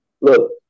Look